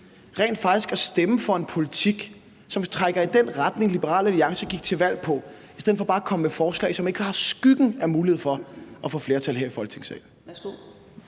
rent faktisk at stemme for en politik, som trækker i den retning, Liberal Alliance gik til valg på, i stedet for bare at komme med forslag, som ikke har skyggen af chancen for at få flertal her i Folketingssalen?